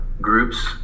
groups